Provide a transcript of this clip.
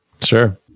sure